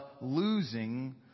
losing